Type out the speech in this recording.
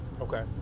Okay